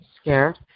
scared